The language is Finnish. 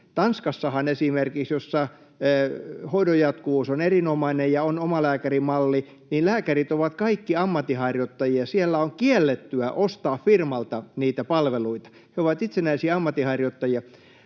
Tanskassahan, jossa hoidon jatkuvuus on erinomainen ja on omalääkärimalli, lääkärit ovat kaikki ammatinharjoittajia. Siellä on kiellettyä ostaa firmalta niitä palveluita. He ovat itsenäisiä ammatinharjoittajia.